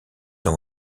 dans